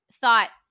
thought